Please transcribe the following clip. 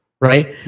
Right